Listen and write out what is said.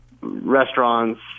restaurants